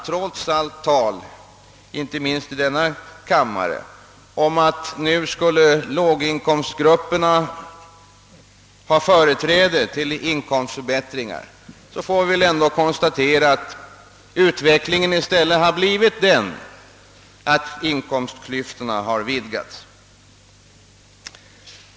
Trots allt tal om — här i kammaren och annorstädes — att låginkomstgrupperna skulle få företräde när det gäller inkomstförbättringar, måste vi konstatera att utvecklingen i stället blivit den att inkomstklyftorna vidgats.